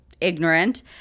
ignorant